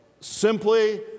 simply